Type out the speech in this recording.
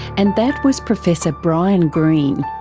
and that was professor brian greene.